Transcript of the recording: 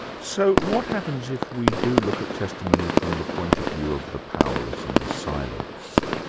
so what happens if we do look at testimony from the point of view of the powerless and the silenced?